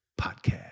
Podcast